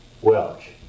Welch